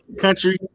country